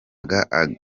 agatege